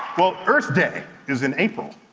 well, earth day is in april.